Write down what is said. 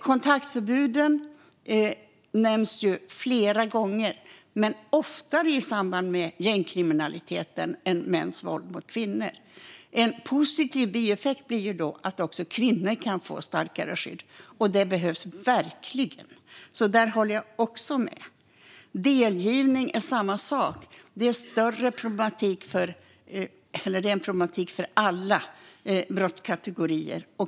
Kontaktförbuden nämns flera gånger, men oftare i samband med gängkriminalitet än mäns våld mot kvinnor. En positiv bieffekt blir att också kvinnor kan få starkare skydd. Det behövs verkligen. Också där håller jag alltså med. När det gäller delgivning är det samma sak. Det är en problematik som gäller alla brottskategorier.